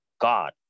God